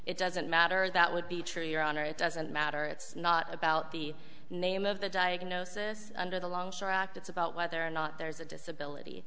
it doesn't matter that would be true your honor it doesn't matter it's not about the name of the diagnosis under the longshore act it's about whether or not there's a disability